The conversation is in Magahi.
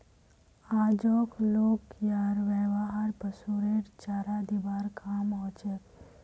आजक लोग यार व्यवहार पशुरेर चारा दिबार काम हछेक